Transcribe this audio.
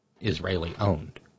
Israeli-owned